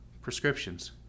prescriptions